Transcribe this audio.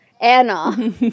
Anna